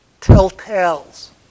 tell-tales